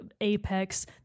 Apex